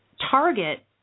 target